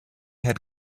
had